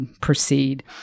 proceed